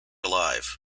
alive